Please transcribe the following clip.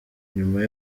nyuma